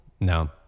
No